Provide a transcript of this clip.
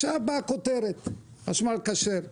עכשיו באה הכותרת, חשמל כשר.